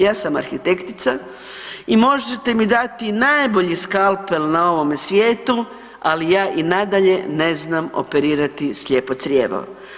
Ja sam arhitektica i možete mi dati najbolji skalpel na ovome svijetu, ali ja i nadalje ne znam operirati slijepo crijevo.